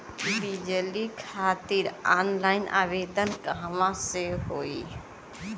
बिजली खातिर ऑनलाइन आवेदन कहवा से होयी?